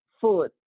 food